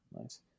Nice